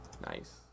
Nice